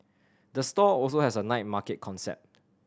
the store also has a night market concept